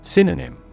Synonym